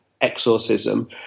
exorcism